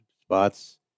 spots